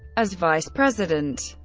as vice president,